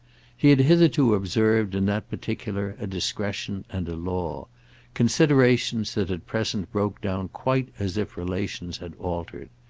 he had hitherto observed in that particular a discretion and a law considerations that at present broke down quite as if relations had altered.